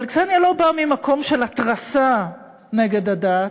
אבל קסניה לא באה ממקום של התרסה נגד הדת,